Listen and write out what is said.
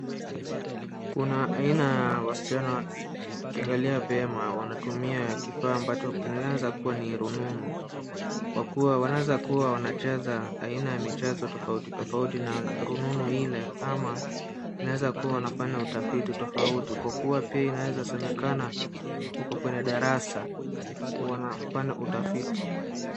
Kuna aina ya wasichana wawili ukiangalia vyema wanatumia kifaa ambacho kinaweza kuwa ni rununu, kwa kuwa wanaweza kuwa wanacheza aina ya michezo tofauti tofauti na rununu ile ama, wanaeza kuwa wanafanya utafiti tofauti kwa kuwa pia inaweza semekana wako kwenye darasa wanafanya utafiti.